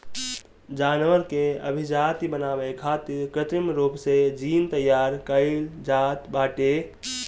जानवर के अभिजाति बनावे खातिर कृत्रिम रूप से जीन तैयार कईल जात बाटे